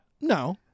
No